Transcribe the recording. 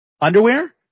Underwear